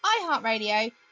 iHeartRadio